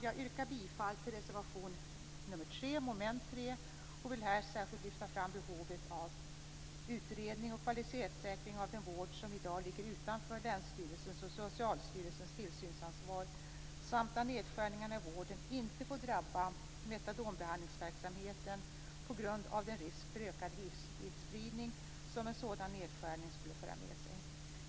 Jag yrkar bifall till reservation 3 under mom. 3 och vill här särskilt lyfta fram behovet av utredning och kvalitetssäkring av den vård som i dag ligger utanför länsstyrelsens och Socialstyrelsens tillsynsansvar samt framhålla att nedskärningarna i vården inte får drabba metadonbehandlingsverksamheten, på grund av den risk för ökad hivsmittspridning som en sådan nedskärning skulle föra med sig.